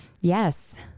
Yes